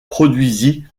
produisit